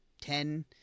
ten